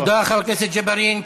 תודה, חבר הכנסת ג'בארין.